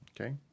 okay